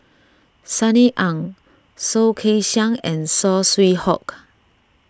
Sunny Ang Soh Kay Siang and Saw Swee Hock